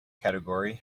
category